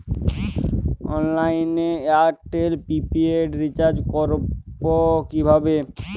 অনলাইনে এয়ারটেলে prepaid recharge করবো কিভাবে?